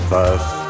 First